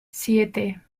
siete